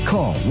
Call